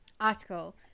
article